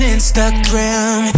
Instagram